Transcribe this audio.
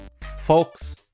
Folks